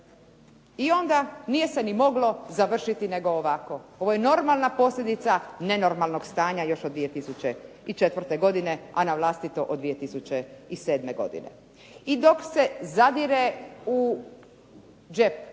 I onda nije se ni moglo završiti nego ovako. Ovo je normalna posljedica nenormalnog stanja još od 2004. godine a na vlastito od 2007. godine. I dok se zadire u džep